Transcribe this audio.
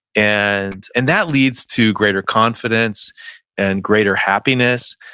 and and that leads to greater confidence and greater happiness.